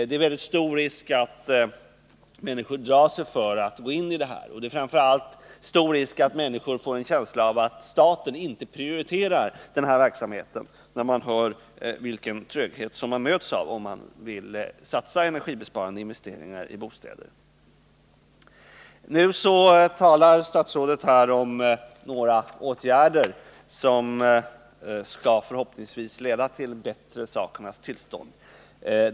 Det är mycket stor risk för att människor drar sig för att gå in i det här, och det är framför allt stor risk att människor får en känsla av att staten inte prioriterar verksamheten, när de hör vilken tröghet man kan mötas av när man vill göra energisparande investeringar i bostäderna. Nu talar statsrådet om några åtgärder som förhoppningsvis skall leda till ett bättre sakernas tillstånd.